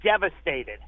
devastated